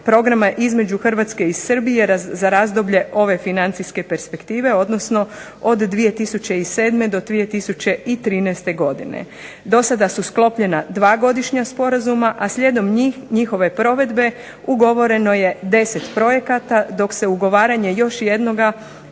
programa između Hrvatske i Srbije za razdoblje ove financijske perspektive, odnosno od 2007. do 2013. godine. Do sada su sklopljena dva godišnja sporazuma, a slijedom njih, njihove provedbe, ugovoreno je 10 projekata, dok se ugovaranje još jednoga